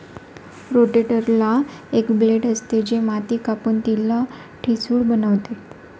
रोटेटरला एक ब्लेड असते, जे माती कापून तिला ठिसूळ बनवते